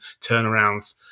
turnarounds